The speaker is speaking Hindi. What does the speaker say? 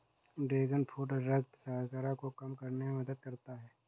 ड्रैगन फ्रूट रक्त शर्करा को कम करने में मदद करता है